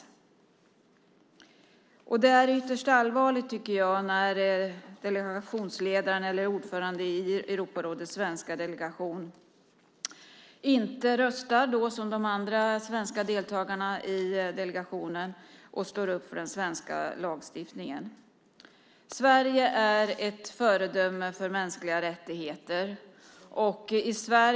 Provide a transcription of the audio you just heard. Jag tycker att det är ytterst allvarligt när ordföranden i Europarådets svenska delegation inte röstar som de andra svenska deltagarna i delegationen och står upp för den svenska lagstiftningen. Sverige är ett föredöme när det gäller mänskliga rättigheter.